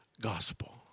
gospel